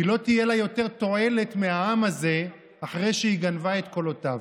כי לא תהיה לה יותר תועלת מהעם הזה אחרי שהיא גנבה את קולותיו.